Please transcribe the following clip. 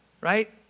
right